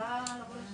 קודם כל בוקר טוב.